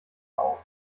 auf